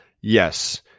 Yes